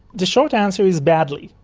the short answer is badly.